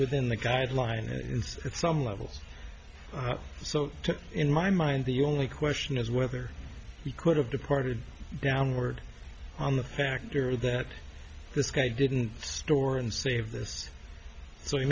within the guidelines and it's at some levels so took in my mind the only question is whether he could have departed downward on the factor that this guy didn't store and save this so he